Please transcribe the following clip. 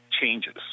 changes